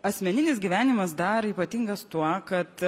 asmeninis gyvenimas dar ypatingas tuo kad